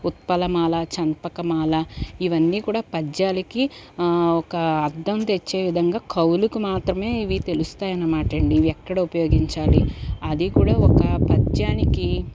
ఉత్పలమాల చంపకమాల ఇవన్నీ కూడా పద్యాలకి ఒక అర్థం తెచ్చే విధంగా కవులకు మాత్రమే ఇవి తెలుస్తాయి అనమాట అండి ఇవి ఎక్కడ ఉపయోగించాలి అది కూడా ఒక పద్యానికి